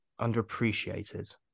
Underappreciated